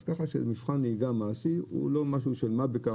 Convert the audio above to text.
אז ככה שמבחן נהיגה מעשי הוא לא משהו של מה בכך,